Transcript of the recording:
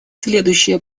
следующие